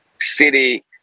city